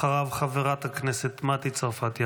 אחריו, חברת הכנסת מטי צרפתי הרכבי.